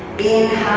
be